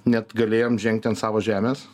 net galėjom žengti ant savos žemės